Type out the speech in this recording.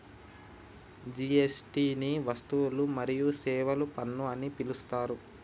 GST ని వస్తువులు మరియు సేవల పన్ను అని పిలుత్తారు